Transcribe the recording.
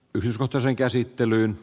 yhdysvaltain käsittelyyn